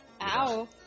Ow